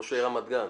ראש העיר רמת גן.